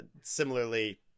similarly